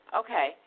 okay